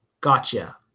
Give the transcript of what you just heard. gotcha